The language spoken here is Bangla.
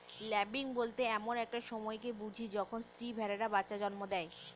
ল্যাম্বিং বলতে এমন একটা সময়কে বুঝি যখন স্ত্রী ভেড়ারা বাচ্চা জন্ম দেয়